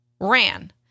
ran